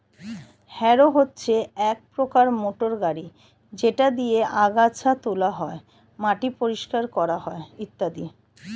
harrow হচ্ছে এক প্রকার মোটর গাড়ি যেটা দিয়ে আগাছা তোলা হয়, মাটি পরিষ্কার করা হয় ইত্যাদি